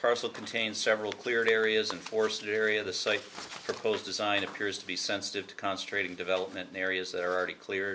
parcel contains several cleared areas and forced to area the site proposed design appears to be sensitive to concentrating development in areas that are already cleared